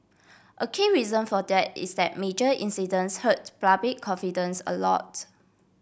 a key reason for that is that major incidents hurt public confidence a lot